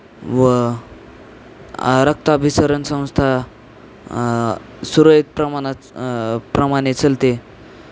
व रक्ताभिसरण संस्था सुरळित प्रमाणात प्रमाणे चालते